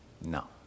No